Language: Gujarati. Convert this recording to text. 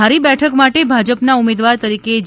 ધારી બેઠક માટે ભાજપના ઉમેદવાર તરીકે જે